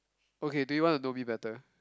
okay do you want to know me better